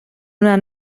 una